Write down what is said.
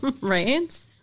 Right